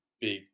big